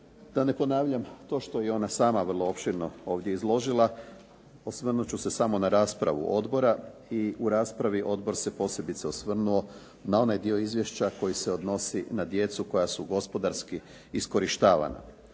Da ne ponavljam to što je i ona sama vrlo opširno ovdje izložila, osvrnuti ću se samo na raspravu odbora i u raspravi odbor se posebice osvrnuo na onaj dio izvješća koji se odnosi na djecu koja su gospodarski iskorištavana.